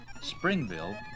Springville